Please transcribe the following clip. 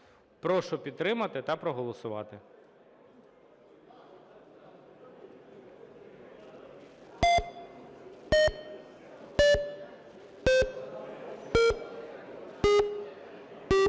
Прошу підтримати та проголосувати.